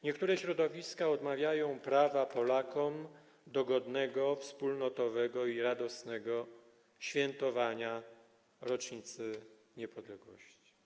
Niektóre środowiska odmawiają Polakom prawa do godnego, wspólnotowego i radosnego świętowania rocznicy niepodległości.